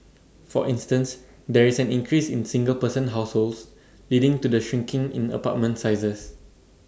for instance there is an increase in single person households leading to the shrinking in apartment sizes